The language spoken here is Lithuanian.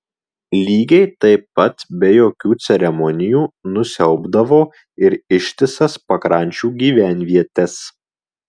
lygiai taip pat be jokių ceremonijų nusiaubdavo ir ištisas pakrančių gyvenvietes